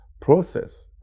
process